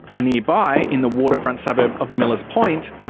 nearby, in the waterfront suburb of millers point,